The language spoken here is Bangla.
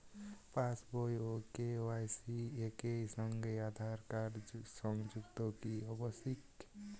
পাশ বই ও কে.ওয়াই.সি একই সঙ্গে আঁধার কার্ড সংযুক্ত কি আবশিক?